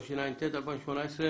התשע"ט-2018,